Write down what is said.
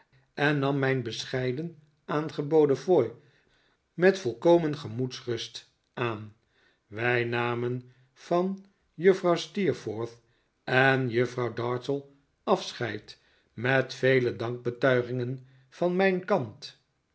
en nam mijn bescheiden aangeboden fooi met volkomen gemoedsrust aan wij namen van mevrouw steerforth en juffrouw dartle afscheid met vele dankbetuigingen van mijn kant